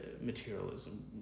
materialism